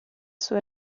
suo